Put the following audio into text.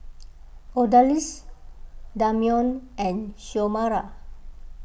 Odalys Damion and Xiomara